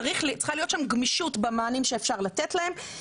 צריכה להיות שם גמישות במענים שאפשר לתת להם.